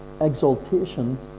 exaltation